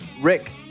Rick